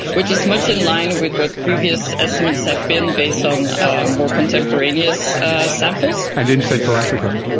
which is much in line with what previous estimates have been based on more contemporaneous samples. and in central africa.